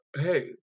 Hey